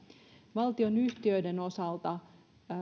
valtionyhtiöiden osalta